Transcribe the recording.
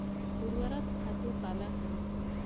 ऊर्वरक खातु काला कहिथे?